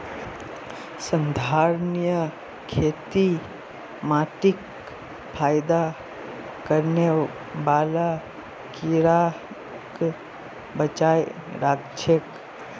संधारणीय खेती माटीत फयदा करने बाला कीड़ाक बचाए राखछेक